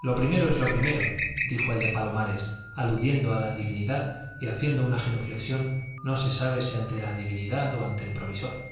lo primero es lo primero dijo el de palomares aludiendo a la divinidad y haciendo una genuflexión no se sabe si ante la divinidad o ante el provisor